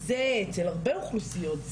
זה אצל הרבה אוכלוסיות,